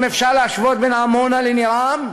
האם אפשר להשוות בין עמונה לניר-עם?